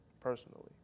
personally